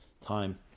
time